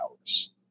hours